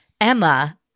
Emma